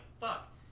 fuck